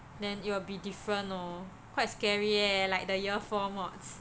then it will be different lor quite scary leh like the year four mods